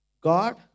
God